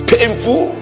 Painful